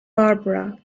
barbara